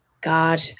God